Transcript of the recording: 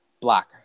Black